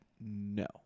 no